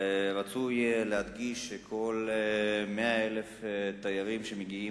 רצוי להדגיש שכל 100,000 תיירים שמגיעים